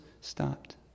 stopped